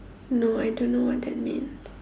no I don't know what that means